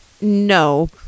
No